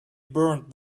burned